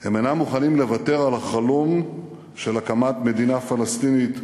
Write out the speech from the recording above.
הם אינם מוכנים לוותר על החלום של הקמת מדינה פלסטינית,